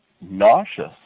nauseous